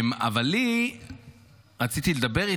אבל רציתי לדבר אתכם,